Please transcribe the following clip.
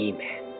Amen